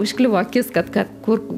užkliuvo akis kad kad kur